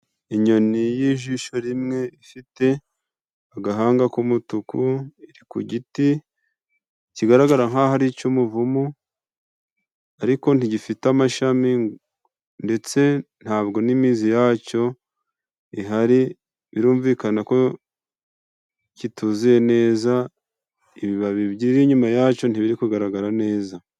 Inyoni y'ijisho rimwe ifite agahanga k'umutuku, iri ku giti kigaragara nk'aho ari ic'umuvumu, ariko ntigifite amashami ndetse ntabwo n'imizi yaco ihari, birumvikana ko kituzuye neza, ibibabi bigiri inyuma yaco ntibiri kugaragara neza.